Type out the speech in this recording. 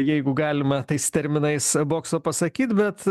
jeigu galima tais terminais bokso pasakyt bet